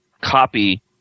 copy